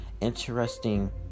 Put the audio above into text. interesting